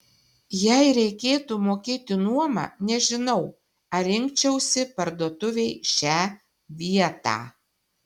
jei reikėtų mokėti nuomą nežinau ar rinkčiausi parduotuvei šią vietą